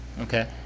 Okay